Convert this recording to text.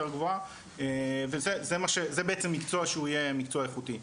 גבוהה וזה בעצם מקצוע שהוא יהיה מקצוע איכותי.